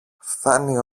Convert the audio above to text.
φθάνει